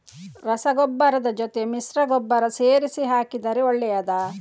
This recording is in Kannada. ರಸಗೊಬ್ಬರದ ಜೊತೆ ಮಿಶ್ರ ಗೊಬ್ಬರ ಸೇರಿಸಿ ಹಾಕಿದರೆ ಒಳ್ಳೆಯದಾ?